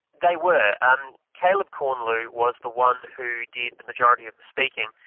they were. and caleb corneloup was the one who did the majority of the speaking.